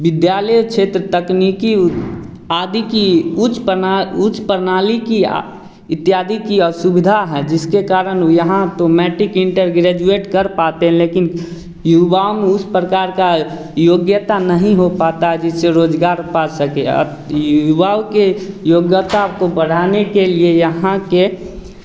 विद्यालय क्षेत्र तकनीकी उद आदि की उच्च प्रणाली की इत्यादि कि असुविधा है जिसके कारण यहाँ तो मैटिक इंटर ग्रैजुएट कर पाते हैं लेकिन युवाओं को उस प्रकार का योग्यता नहीं हो पाता जिससे रोज़गार पा सके युवाओं के योग्यता को बढ़ाने के लिए यहाँ के